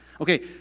Okay